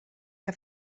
que